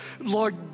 Lord